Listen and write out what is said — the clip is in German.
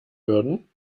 würden